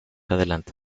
adelante